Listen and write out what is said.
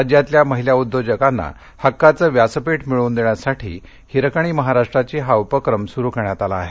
राज्यातल्या महिला उद्योजकांना हक्काचं व्यासपीठ मिळवून देण्यासाठी हिरकणी महाराष्ट्राची हा उपक्रम सुरु करण्यात आला आहे